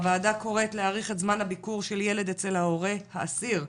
הוועדה קוראת להאריך את זמן הביקור של ילד אצל ההורה האסיר,